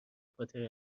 پاتر